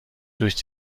durch